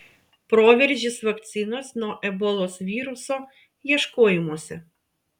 proveržis vakcinos nuo ebolos viruso ieškojimuose